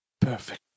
Perfect